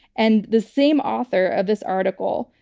and the same author of this article,